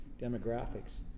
demographics